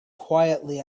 quietly